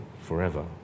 forever